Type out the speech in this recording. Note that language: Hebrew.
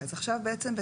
אולי בערים הכי גדולות.